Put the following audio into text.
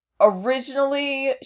originally